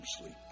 sleep